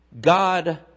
God